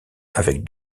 avec